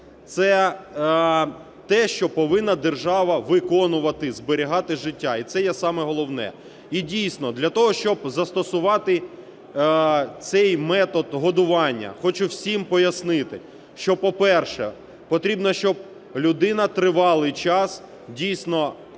це те, що повинна держава виконувати, зберігати життя, і це є саме головне. І дійсно, для того, щоб застосувати цей метод годування, хочу всім пояснити, що, по-перше, потрібно, щоб людина тривалий час дійсно